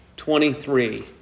Twenty-three